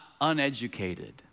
uneducated